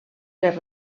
les